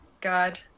God